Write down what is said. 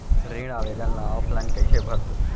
ऋण आवेदन ल ऑफलाइन कइसे भरबो?